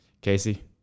casey